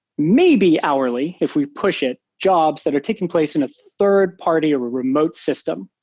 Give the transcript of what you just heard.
maybe hourly if we push it, jobs that are taking place in a third-party or a remote system.